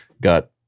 got